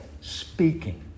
speaking